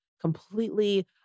completely